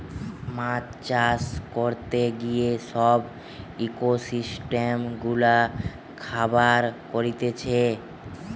মাছ চাষ করতে গিয়ে সব ইকোসিস্টেম গুলা খারাব করতিছে